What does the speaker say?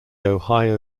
ohio